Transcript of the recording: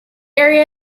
area